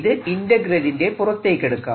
ഇത് ഇന്റെഗ്രേലിന്റെ പുറത്തേക്കെടുക്കാം